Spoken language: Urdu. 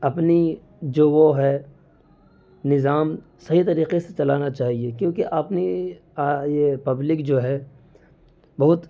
اپنی جو وہ ہے نظام صحیح طریقے سے چلانا چاہیے کیونکہ آپ نے یہ پبلک جو ہے بہت